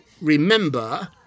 Remember